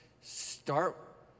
start